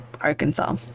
arkansas